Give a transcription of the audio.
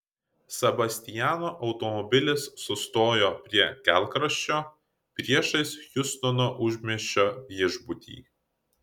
sebastiano automobilis sustojo prie kelkraščio priešais hjustono užmiesčio viešbutį